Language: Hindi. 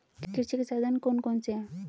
कृषि के साधन कौन कौन से हैं?